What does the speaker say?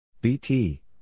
BT